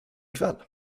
kväll